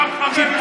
אתה חצוף.